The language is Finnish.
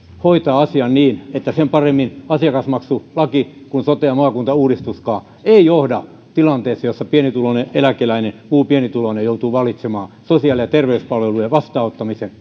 hoitaa asian niin että sen paremmin asiakasmaksulaki kuin sote ja maakuntauudistuskaan ei johda tilanteeseen jossa pienituloinen eläkeläinen tai muu pienituloinen joutuu valitsemaan sosiaali ja terveyspalvelujen vastaanottamisen